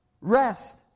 rest